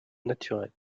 naturel